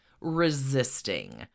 resisting